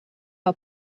our